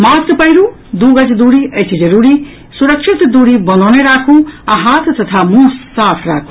mask पहिरू दू गज दूरी अछि जरूरी सुरक्षित दूरी बनौने राखू आ हाथ तथा मुंह साफ राखू